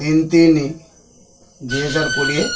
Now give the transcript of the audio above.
ତିନି ତିନି ଦୁଇହଜାର କୋଡ଼ିଏ